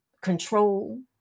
control